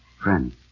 Friends